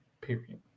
Period